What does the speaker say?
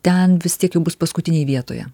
ten vis tiek jau bus paskutinėj vietoje